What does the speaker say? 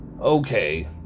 Okay